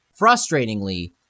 frustratingly